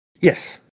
Yes